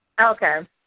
Okay